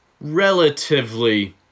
relatively